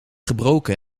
gebroken